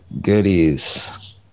goodies